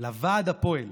לוועד הפועל.